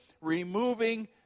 removing